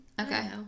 Okay